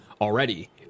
already